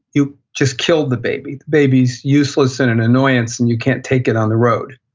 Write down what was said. you just killed the baby. baby's useless and an annoyance, and you can't take it on the road,